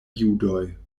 judoj